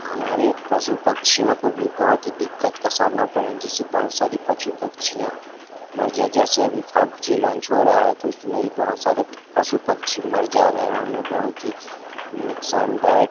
हमारे पशु पक्षियों को भी बहुत ही दिक्कत का सामना करना जिससे बहुत सारे पशु पक्षियां मर जाते जैसे अभी फाइव जी लॉंच हो रहा है तो उसमें भी बहुत सारे पशु पक्षी मर जा रहे हैं और उन्हें बहुत ही नुकसानदायक